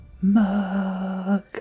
mug